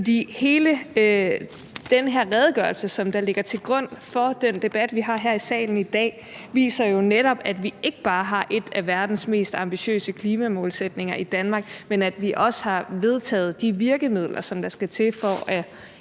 For hele den her redegørelse, som ligger til grund for den debat, vi har her i salen i dag, viser jo netop, at vi ikke bare har en af verdens mest ambitiøse klimamålsætninger i Danmark, men at vi også har vedtaget de virkemidler, som skal til, for at